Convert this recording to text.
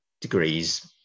degrees